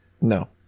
No